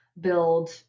build